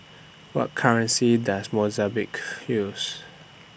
What currency Does Mozambique use